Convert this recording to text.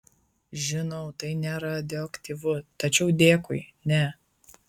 žinau tai neradioaktyvu tačiau dėkui ne